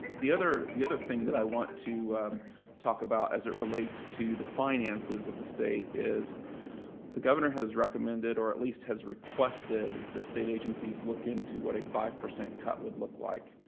the other the other thing that i want to talk about as it relates to the finances of the state is the governor has recommended or at least has requested that state agencies look into what a five percent cut would look like.